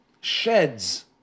sheds